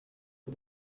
for